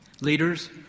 Leaders